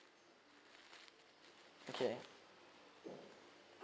okay